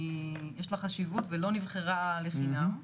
יש לה חשיבות ולא נבחרה לחינם.